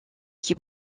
qui